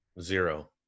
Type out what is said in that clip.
zero